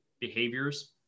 behaviors